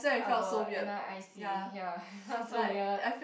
our N_R_I_C ya it felt so weird